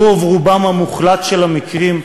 ברוב-רובם המוחלט של המקרים,